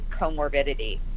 comorbidity